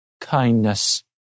kindness